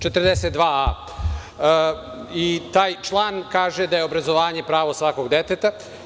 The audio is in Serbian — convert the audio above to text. Član 42a. Taj član kaže da je obrazovanje pravo svakog deteta.